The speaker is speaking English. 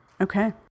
Okay